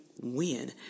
win